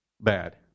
bad